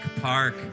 Park